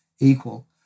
equal